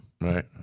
right